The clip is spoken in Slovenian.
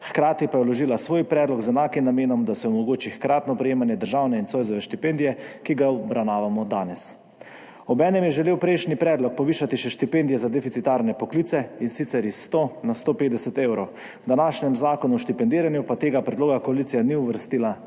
hkrati pa je vložila svoj predlog z enakim namenom, da se omogoči hkratno prejemanje državne in Zoisove štipendije, ki ga obravnavamo danes. Obenem je želel prejšnji predlog povišati še štipendije za deficitarne poklice, in sicer iz 100 na 150 evrov, v današnjem zakonu o štipendiranju pa tega predloga koalicija ni uvrstila v